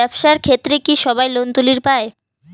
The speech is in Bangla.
ব্যবসার ক্ষেত্রে কি সবায় লোন তুলির পায়?